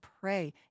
pray